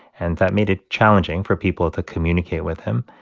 and that made it challenging for people to communicate with him.